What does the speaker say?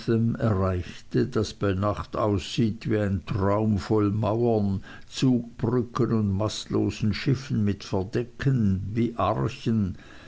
erreichte das bei nacht aussieht wie ein traum voll mauern zugbrücken und mastlosen schiffen mit verdecken wie archen